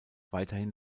weiterhin